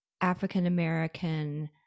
african-american